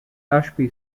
ashby